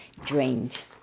drained